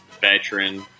veteran